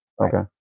Okay